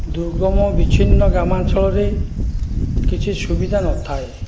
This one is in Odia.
ଦୁର୍ଗମ ବିଚ୍ଛିନ୍ନ ଗ୍ରାମାଞ୍ଚଳରେ କିଛି ସୁବିଧା ନଥାଏ